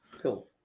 Cool